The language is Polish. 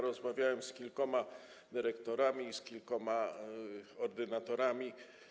Rozmawiałem z kilkoma dyrektorami i z kilkoma ordynatorami.